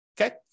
okay